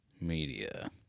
media